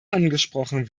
angesprochen